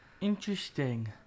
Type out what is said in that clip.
Interesting